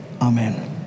Amen